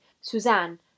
suzanne